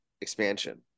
expansion